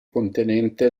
contenente